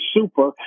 super